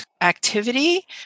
activity